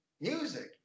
music